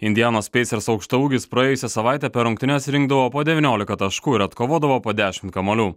indianos peisers ir aukštaūgis praėjusią savaitę per rungtynes rinkdavo po devyniolika taškų ir atkovodavo po dešim kamuolių